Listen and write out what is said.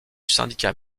syndicat